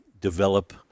develop